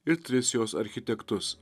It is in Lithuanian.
ir tris jos architektus